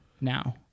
now